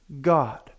God